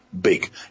big